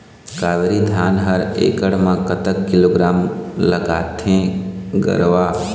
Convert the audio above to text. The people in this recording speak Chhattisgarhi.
कावेरी धान हर एकड़ म कतक किलोग्राम लगाथें गरवा?